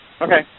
Okay